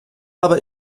aber